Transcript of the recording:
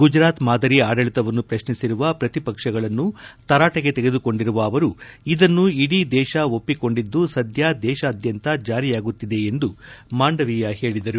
ಗುಜರಾತ್ ಮಾದರಿ ಆಡಳಿತವನ್ನು ಪ್ರಶ್ನಿಸಿರುವ ಪ್ರತಿಪಕ್ಷಗಳನ್ನು ತರಾಟೆಗೆ ತೆಗೆದುಕೊಂಡಿರುವ ಅವರು ಇದನ್ನು ಇಡೀ ದೇಶ ಒಪ್ಪಿಕೊಂಡಿದ್ದು ಸದ್ಯ ದೇಶಾದ್ಯಂತ ಜಾರಿಯಾಗುತ್ತಿದೆ ಎಂದು ಮಾಂಡವಿಯಾ ಹೇಳಿದರು